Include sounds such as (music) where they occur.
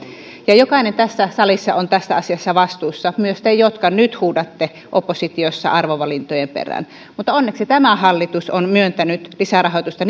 ja jokainen tässä salissa on tästä asiasta vastuussa myös te jotka nyt huudatte oppositiossa arvovalintojen perään mutta onneksi tämä hallitus on myöntänyt lisärahoitusta (unintelligible)